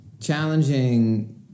challenging